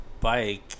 bike